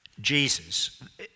Jesus